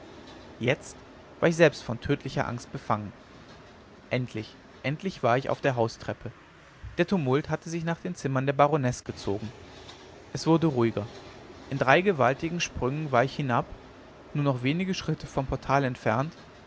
jetzt war ich selbst von tödlicher angst befangen endlich endlich war ich auf der haupttreppe der tumult hatte sich nach den zimmern der baronesse gezogen es wurde ruhiger in drei gewaltigen sprüngen war ich hinab nur noch wenige schritte vom portal entfernt